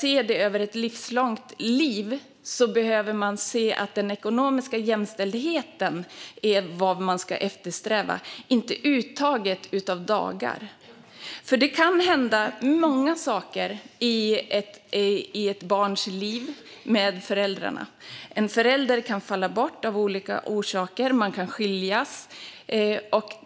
När det gäller det livslånga perspektivet behöver man se att den ekonomiska jämställdheten är vad man ska eftersträva, inte uttaget av dagar. Det kan hända många saker i ett barns liv med föräldrarna. En förälder kan falla bort av olika orsaker - man kan till exempel skiljas.